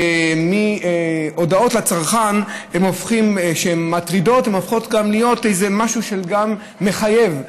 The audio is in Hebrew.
מהודעות לצרכן שמטרידות הן הופכות להיות משהו שהוא גם מחייב.